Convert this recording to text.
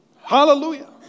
Hallelujah